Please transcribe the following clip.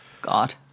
God